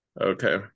Okay